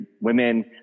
women